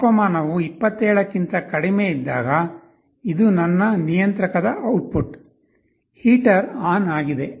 ತಾಪಮಾನವು 27 ಕ್ಕಿಂತ ಕಡಿಮೆಯಿದ್ದಾಗ ಇದು ನನ್ನ ನಿಯಂತ್ರಕದ ಔಟ್ಪುಟ್ ಹೀಟರ್ ಆನ್ ಆಗಿದೆ